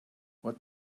what